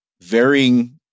varying